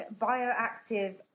bioactive